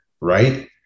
right